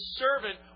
servant